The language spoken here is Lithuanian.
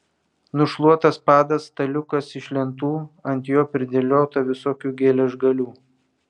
nušluotas padas staliukas iš lentų ant jo pridėliota visokių geležgalių